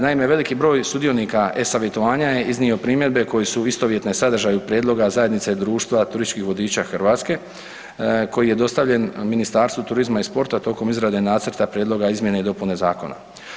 Naime, veliki broj sudionika e-savjetovanja je iznio primjedbe koje su istovjetne sadržaju prijedloga Zajednice društava turističkih vodiča Hrvatske koji je dostavljen Ministarstvu turizma i sporta tokom izrade nacrta prijedloga izmjene i dopune zakona.